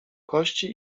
kości